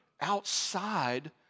outside